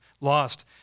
Lost